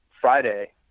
Friday